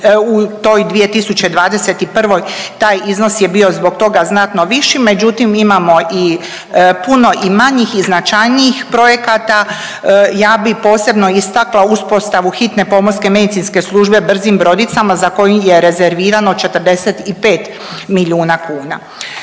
u toj 2021. taj iznos je bio zbog toga znatno viši, međutim imamo i puno i manjih i značajnih projekata, ja bi posebno istakla uspostavu Hitne pomorske medicinske službe brzim brodicama za koji je rezervirano 45 milijuna kuna.